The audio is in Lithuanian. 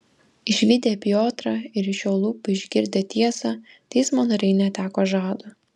išvydę piotrą ir iš jo lūpų išgirdę tiesą teismo nariai neteko žado